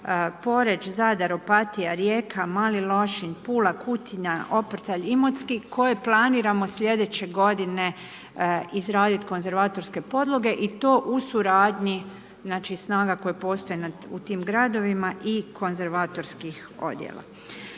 Poreč, Zadar, Opatija, Rijeka, Mali Lošinj, Pula, Kutina, Oprtalj, Imotski koje planiramo sljedeće godine izraditi konzervatorske podloge i to u suradnji znači snaga koje postoje u tim gradovima i konzervatorskih odjela.